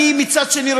מצד שני,